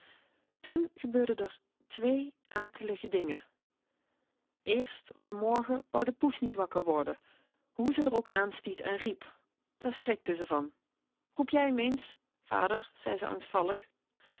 toen gebeurden twee akelige dingen eerst op n morgen wou poes niet wakker worden hoe ze r ook anstiet en riep daar schrikte ze van roep jij m ns vader zei ze